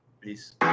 Peace